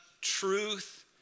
truth